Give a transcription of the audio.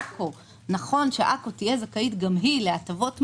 שנכון שאשקלון תהיה זכאית גם היא להטבות מס,